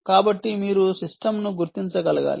కాబట్టి మీరు సిస్టమ్ను గుర్తించగలగాలి